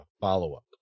follow-up